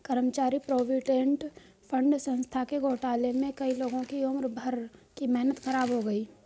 कर्मचारी provident fund संस्था के घोटाले में कई लोगों की उम्र भर की मेहनत ख़राब हो गयी